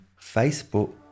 Facebook